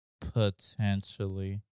Potentially